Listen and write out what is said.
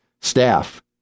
staff